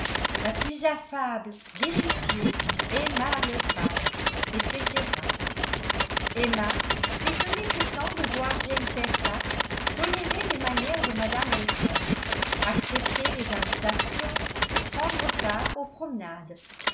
la plus affable délicieuse aimable femme etc emma s'étonnait pourtant de voir jane fairfax tolérer les manières de mme elton accepter les invitations prendre part aux promenades